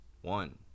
one